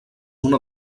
una